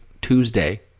Tuesday